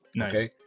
Okay